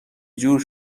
جور